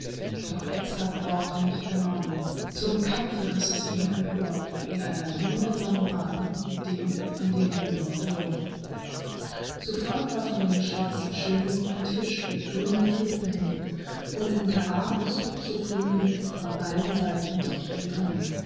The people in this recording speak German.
doch edzard brauchte nicht der mahnung zum kampfe riß es ihn empor in einer wundersamen ahnung mit dem an den er mehr verlor sofort war von den schwarzen schönen ein tisch mit grünem tuch behängt und um der argen sucht zu fröhnen von allen seiten dicht umdrängt